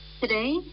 today